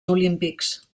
olímpics